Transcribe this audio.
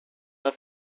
dal